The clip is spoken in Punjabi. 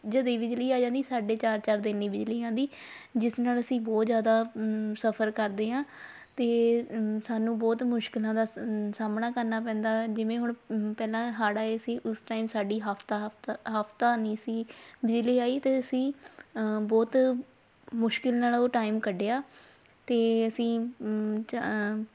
ਜਦ ਹੀ ਬਿਜਲੀ ਆ ਜਾਂਦੀ ਸਾਡੇ ਚਾਰ ਚਾਰ ਦਿਨ ਨਹੀਂ ਬਿਜਲੀ ਆਉਂਦੀ ਜਿਸ ਨਾਲ ਅਸੀਂ ਬਹੁਤ ਜ਼ਿਆਦਾ ਸਫਰ ਕਰਦੇ ਹਾਂ ਅਤੇ ਸਾਨੂੰ ਬਹੁਤ ਮੁਸ਼ਕਿਲਾਂ ਦਾ ਸ ਸਾਹਮਣਾ ਕਰਨਾ ਪੈਂਦਾ ਜਿਵੇਂ ਹੁਣ ਪਹਿਲਾਂ ਹੜ੍ਹ ਆਏ ਸੀ ਉਸ ਟਾਈਮ ਸਾਡੀ ਹਫਤਾ ਹਫਤਾ ਹਫਤਾ ਨਹੀਂ ਸੀ ਬਿਜਲੀ ਆਈ ਅਤੇ ਅਸੀਂ ਬਹੁਤ ਮੁਸ਼ਕਿਲ ਨਾਲ ਉਹ ਟਾਈਮ ਕੱਢਿਆ ਅਤੇ ਅਸੀਂ ਚ